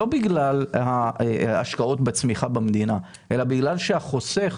לא בגלל ההשקעות בצמיחה במדינה אלא בגלל שהחוסך,